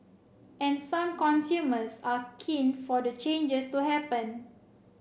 and some consumers are keen for the changes to happen